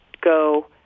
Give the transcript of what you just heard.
go